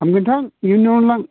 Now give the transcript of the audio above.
थांगोन थां बेनि न'आवनो लां